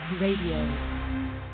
radio